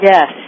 Yes